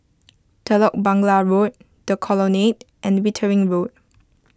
Telok Blangah Road the Colonnade and Wittering Road